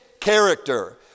character